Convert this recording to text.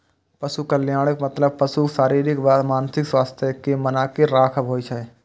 पशु कल्याणक मतलब पशुक शारीरिक आ मानसिक स्वास्थ्यक कें बनाके राखब होइ छै